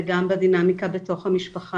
זה גם בדינמיקה במשפחה,